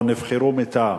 או נבחרו מטעם.